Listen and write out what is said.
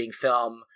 film